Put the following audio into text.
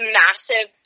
massive